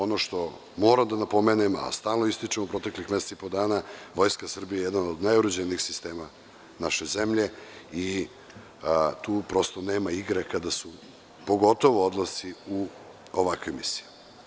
Ono što moram da napomenem, a stalno ističem u proteklih mesec i po dana, Vojska Srbije je jedan od najuređenijih sistema naše zemlje i tu prosto nema igre kada su pogotovo odlasci u ovakvim misijama.